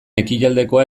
ekialdekoa